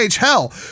Hell